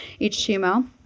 HTML